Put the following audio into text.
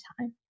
time